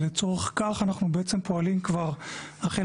לצורך כך אנחנו בעצם פועלים כבר החל